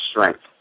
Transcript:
strength